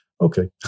okay